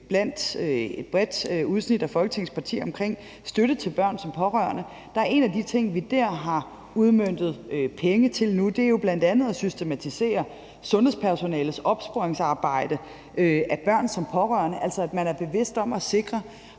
blandt et bredt udsnit af Folketingets partier omkring støtte til børn som pårørende, er en af de ting, vi har udmøntet penge til nu, at systematisere sundhedspersonalets opsporingsarbejde af børn som pårørende. Altså, hvis man har en patient,